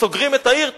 סוגרים את העיר?